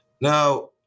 Now